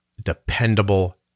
dependable